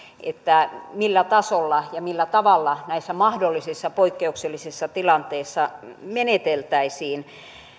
millä tasolla ja millä tavalla näissä mahdollisissa poikkeuksellisissa tilanteissa meneteltäisiin